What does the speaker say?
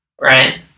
Right